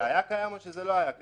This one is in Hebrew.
זה היה קיים או שזה לא קיים?